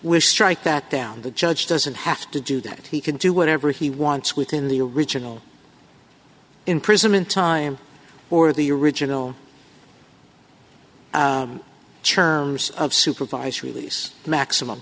which strike that down the judge doesn't have to do that he can do whatever he wants within the original imprisonment time or the original cerm of supervised release maximum